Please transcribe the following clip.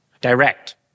direct